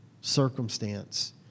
circumstance